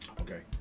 Okay